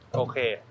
okay